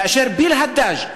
כאשר ביר-הדאג',